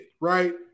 right